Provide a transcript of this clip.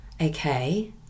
okay